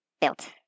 built